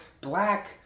black